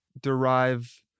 derive